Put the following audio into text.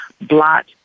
blot